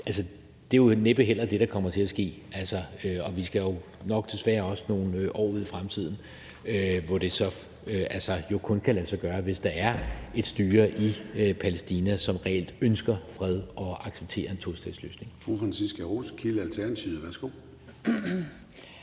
det er jo næppe heller det, der kommer til at ske. Og vi skal jo nok desværre også nogle år ud i fremtiden, og hvor det så kun kan lade sig gøre, hvis der er et styre i Palæstina, som reelt ønsker fred og accepterer en tostatsløsning. Kl. 20:39 Formanden (Søren Gade): Fru